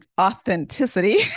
authenticity